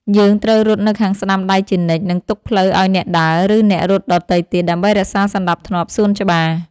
យើងត្រូវរត់នៅខាងស្ដាំដៃជានិច្ច និងទុកផ្លូវឱ្យអ្នកដើរ ឬអ្នករត់ដទៃទៀត ដើម្បីរក្សាសណ្ដាប់ធ្នាប់សួនច្បារ។